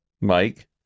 Mike